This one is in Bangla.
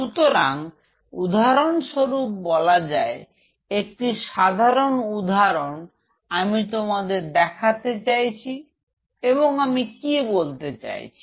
সুতরাং উদাহরণস্বরূপ বলা যায় একটি সাধারণ উদাহরণ আমি তোমাদের দেখাতে চাই এবং আমি কি বলতে চাইছি